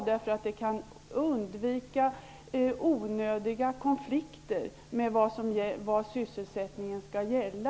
Därigenom kan man undvika onödiga konflikter om vad sysselsättningen skall gälla.